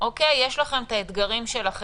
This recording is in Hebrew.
יש לכם את האתגרים שלכם.